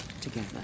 together